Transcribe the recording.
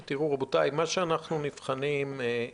רבותיי, אנחנו נבחנים על